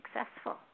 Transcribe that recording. successful